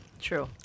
True